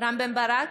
רם בן ברק,